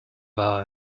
war